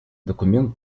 документ